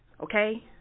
okay